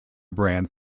brand